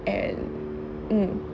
and mm